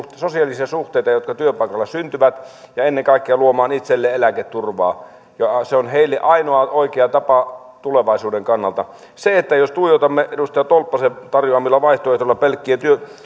sosiaalisia suhteita jotka työpaikalla syntyvät ja ennen kaikkea luomaan itselleen eläketurvaa se on heille ainoa oikea tapa tulevaisuuden kannalta jos tuijotamme edustaja tolppasen tarjoamilla vaihtoehdoilla pelkkää